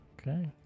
okay